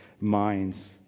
minds